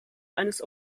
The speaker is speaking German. eines